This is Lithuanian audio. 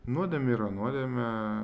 nuodėmė yra nuodėmė